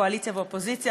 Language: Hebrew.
קואליציה ואופוזיציה,